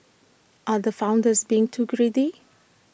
are the founders being too greedy